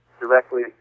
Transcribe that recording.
Directly